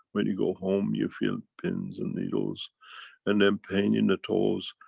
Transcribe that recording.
when you go home you feel pins and needles and then pain in the toes.